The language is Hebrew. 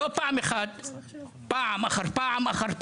לא פעם אחת, אלא פעם אחר פעם.